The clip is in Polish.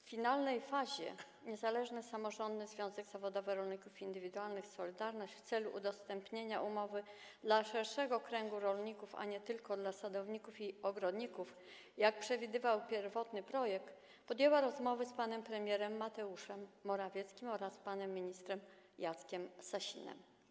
W finalnej fazie Niezależny Samorządny Związek Zawodowy Rolników Indywidualnych „Solidarność” w celu udostępnienia umowy szerszemu kręgowi rolników, a nie tylko sadownikom i ogrodnikom, jak przewidywał pierwotny projekt, podjęła rozmowy z panem premierem Mateuszem Morawieckim oraz panem ministrem Jackiem Sasinem.